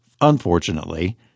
Unfortunately